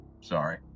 sorry